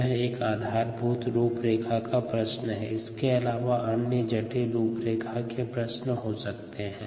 यह एक आधारभूत रूपरेखा का प्रश्न है इसके अलावा अन्य जटिल रूपरेखा के प्रश्न हो सकते हैं